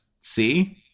see